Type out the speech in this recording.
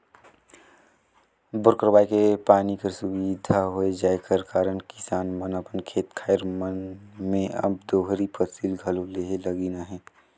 bore करवाए के पानी कर सुबिधा होए जाए कर कारन किसान मन अपन खेत खाएर मन मे अब दोहरी फसिल घलो लेहे लगिन अहे